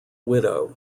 widow